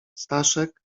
staszek